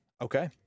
Okay